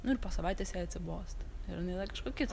nu ir po savaitės jai atsibosta ir jinai dar kažko kito